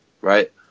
Right